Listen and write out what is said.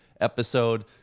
episode